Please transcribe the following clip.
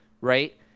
right